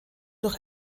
durch